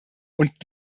und